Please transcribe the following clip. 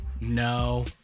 No